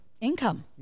income